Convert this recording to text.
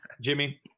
Jimmy